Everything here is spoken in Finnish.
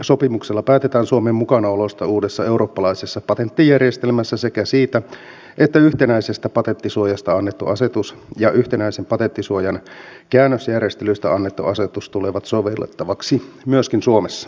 sopimuksella päätetään suomen mukanaolosta uudessa eurooppalaisessa patenttijärjestelmässä sekä siitä että yhtenäisestä patenttisuojasta annettu asetus ja yhtenäisen patenttisuojan käännösjärjestelyistä annettu asetus tulevat sovellettaviksi myöskin suomessa